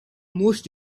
most